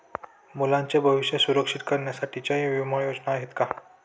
मुलांचे भविष्य सुरक्षित करण्यासाठीच्या विमा योजना आहेत का?